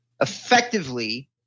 Effectively